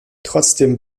trotzdem